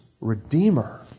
Redeemer